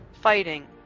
fighting